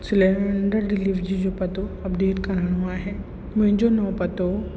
cylinder delivery जो पतो update कराइणो आहे मुंहिंजो नओं पतो